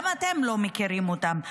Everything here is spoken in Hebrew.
גם אתם לא מכירים אותם.